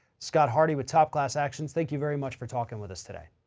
scott hardy with top class actions. thank you very much for talking with us today.